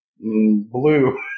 blue